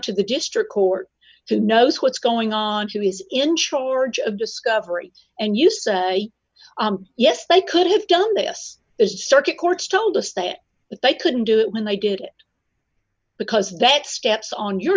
to the district court who knows what's going on she was in charge of discovery and you say yes they could have done that yes the circuit courts told us that but they couldn't do it when they did it because that steps on your